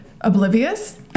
oblivious